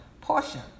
portion